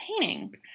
painting